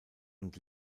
und